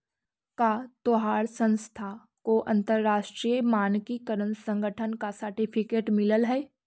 का तोहार संस्था को अंतरराष्ट्रीय मानकीकरण संगठन का सर्टिफिकेट मिलल हई